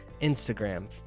Instagram